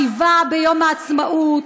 חק אל-עַוְדה, על השיבה ביום העצמאות,